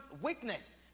witness